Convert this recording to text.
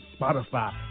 Spotify